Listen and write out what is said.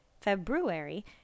February